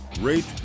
rate